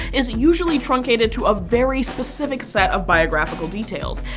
is usually truncated to ah very specific set of biographical details.